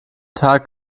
tag